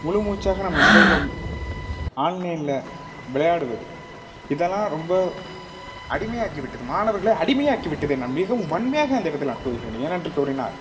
முழு மூச்சாக நம் நண்பர்களும் ஆன்லைனில் விளையாடுவது இதல்லாம் ரொம்ப அடிமையாக்கி விட்டது மாணவர்களை அடிமையாக்கி விட்டதை நான் மிகவும் வன்மையாக அந்த இடத்தில் நான் கூறுகின்றேன் ஏனென்று கூறினால்